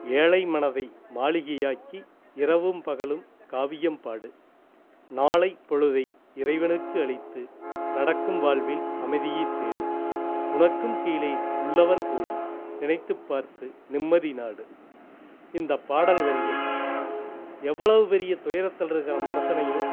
ஏழை மனதை மாளிகையாக்கி இரவும் பகலும் காவியம் பாடு நாளை பொழுதை இறைவனுக்கு அளித்து நடக்கும் வாழ்வில் அமைதியை தேடு உனக்கும் கீழே உள்ளவர் கோடி நினைத்து பார்த்து நிம்மதி நாடு இந்த பாடல் வரியில் எவ்வளவு பெரிய துயரத்தில் இருக்கிற மனுஷனையும்